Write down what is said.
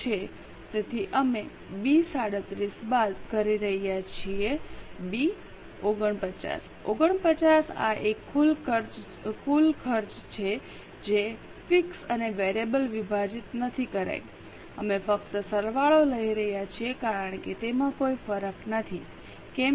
તેથી અમે બી 37 બાદ કરી રહ્યા છીએ B 49 49 આ એક કુલ ખર્ચ છે જે ફિક્સ અને વેરિયેબલમાં વિભાજિત નથી કરાઈ અમે ફક્ત સરવાળો લઈ રહ્યા છીએ કારણ કે તેમાં કોઈ ફરક નથી કેમ કે